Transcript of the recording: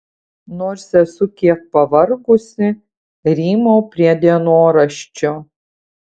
nors esu kiek pavargusi rymau prie dienoraščio